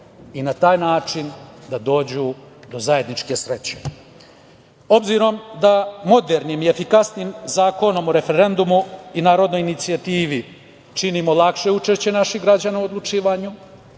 i na taj način da dođu do zajedničke sreće".Obzirom da modernim i efikasnim Zakonom o referendumu i narodnoj inicijativi činimo lakše učešće naših građana u odlučivanju,